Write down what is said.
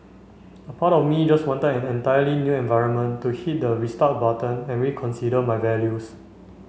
a part of me just wanted an entirely new environment to hit the restart button and reconsider my values